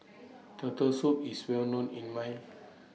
Turtle Soup IS Well known in My